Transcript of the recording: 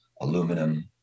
aluminum